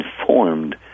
Informed